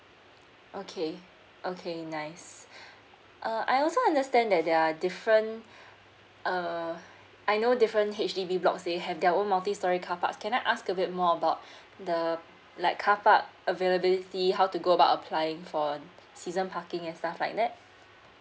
okay okay nice uh I also understand that there are different uh I know different H_D_B blocks they have their own multi storey carpark can I ask a bit more about the like car park availability how to go about applying for season parking and stuff like that